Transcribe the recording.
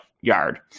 yard